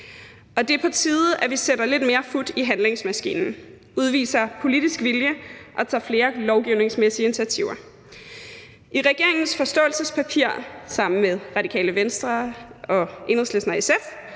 Og det er på tide, at vi sætter lidt mere fut i handlingsmaskinen, udviser politisk vilje og tager flere lovgivningsmæssige initiativer. I regeringens forståelsespapir blev det sammen med Radikale Venstre, Enhedslisten og SF